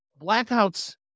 blackouts